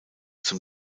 zum